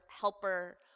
helper